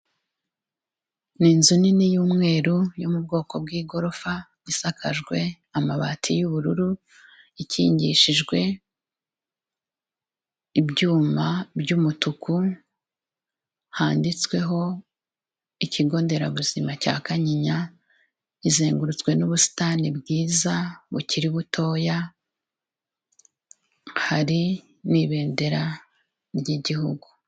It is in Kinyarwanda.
Ni inzu nini y'umweru yo mu bwoko bw'igorofa isakajwe amabati y'ubururu, ikingishijwe ibyuma by'umutuku handitsweho Ikigo nderabuzima cya Kanyinya, izengurutswe n'ubusitani bwiza bukiri butoya hari n'ibendera ry'Igihugu.